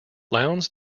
lowndes